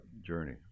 journey